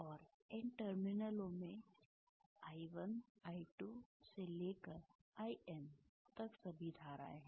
और N टर्मिनलों में I1 I2 से लेकर IN तक सभी धाराएं हैं